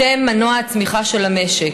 אתם מנוע הצמיחה של המשק.